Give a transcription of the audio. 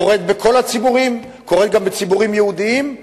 קורים בכל הציבורים, גם בציבורים יהודיים.